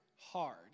hard